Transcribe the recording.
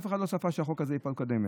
אף אחד לא צפה שהחוק הזה ייפול בפעם קודמת.